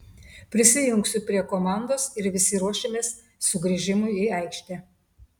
prisijungsiu prie komandos ir visi ruošimės sugrįžimui į aikštę